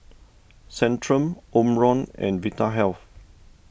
Centrum Omron and Vitahealth